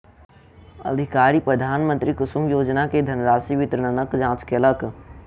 अधिकारी प्रधानमंत्री कुसुम योजना के धनराशि वितरणक जांच केलक